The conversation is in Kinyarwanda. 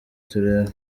turebe